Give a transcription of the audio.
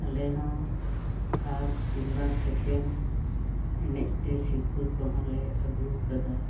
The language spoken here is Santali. ᱟᱞᱮ ᱦᱚᱸ ᱯᱷᱟᱥ ᱠᱤᱢᱵᱟ ᱥᱮᱠᱮᱱ ᱮᱱᱮᱡ ᱛᱮ ᱥᱤᱨᱯᱟᱹ ᱠᱚᱦᱚᱸᱞᱮ ᱟᱹᱜᱩ ᱟᱠᱟᱫᱟ